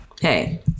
hey